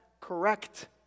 correct